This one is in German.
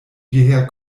hierher